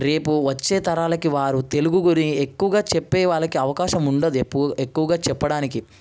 రేపు వచ్చే తరాలకి వారు తెలుగు గురి ఎక్కువగా చెప్పేవాళ్ళకి అవకాశముండదు ఎప్పు ఎక్కువగా చెప్పడానికి